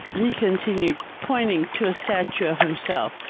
he continued, pointing to a statue of himself.